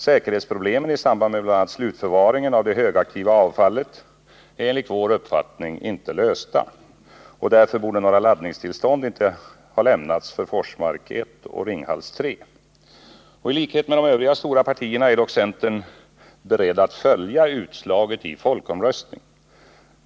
Säkerhetsproblemen i samband med bl.a. slutförvaringen av det högaktiva avfallet är enligt vår uppfattning inte lösta. Därför borde några laddningstillstånd inte ha lämnats för Forsmark 1 och Ringhals 3. I likhet med övriga stora partier är dock centern beredd att följa utslaget i folkomröstningen.